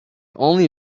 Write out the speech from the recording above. only